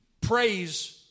praise